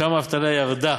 שם האבטלה ירדה